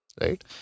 right